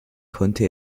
konnte